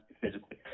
physically